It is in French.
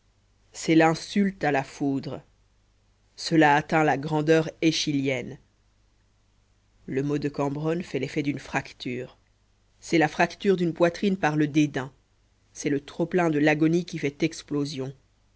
c'est l'insulte à la foudre cela atteint la grandeur eschylienne le mot de cambronne fait l'effet d'une fracture c'est la fracture d'une poitrine par le dédain c'est le trop plein de l'agonie qui fait explosion